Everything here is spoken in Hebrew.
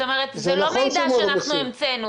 זאת אומרת זה לא מידע שאנחנו המצאנו,